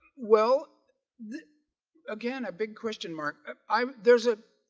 well again a big question mark i'm there's a